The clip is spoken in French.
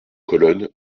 colonnes